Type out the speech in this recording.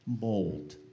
mold